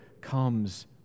comes